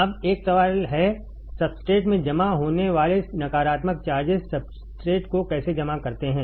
अब एक सवाल है सब्सट्रेट में जमा होने वाले नकारात्मक चार्जेस सब्सट्रेट को कैसे जमा करते हैं